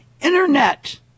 Internet